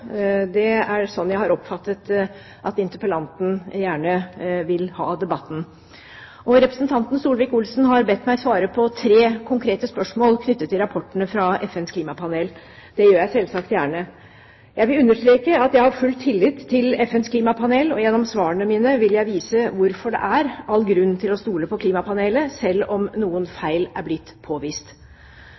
Det er sånn jeg har oppfattet at interpellanten gjerne vil ha debatten. Representanten Solvik-Olsen har bedt meg svare på tre konkrete spørsmål knyttet til rapportene fra FNs klimapanel. Det gjør jeg selvsagt gjerne. Jeg vil understreke at jeg har full tillit til FNs klimapanel, og gjennom svarene mine vil jeg vise hvorfor det er all grunn til å stole på klimapanelet, selv om noen feil er blitt påvist.